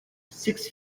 six